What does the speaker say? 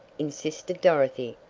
insisted dorothy.